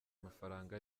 mafaranga